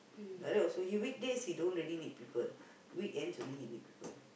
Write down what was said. like that also he weekdays he don't really need people weekends only he need people